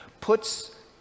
puts